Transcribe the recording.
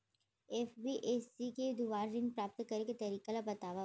NBFC के दुवारा ऋण प्राप्त करे के तरीका ल बतावव?